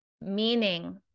Meaning